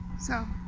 so